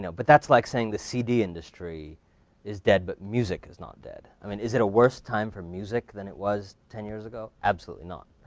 but that's like saying the cd industry is dead, but music is not dead. i mean, is it a worse time for music than it was ten years ago? absolutely not.